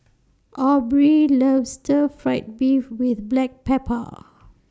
Aubrey loves Stir Fry Beef with Black Pepper